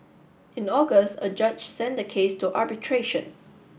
in August a judge sent the case to arbitration